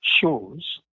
shows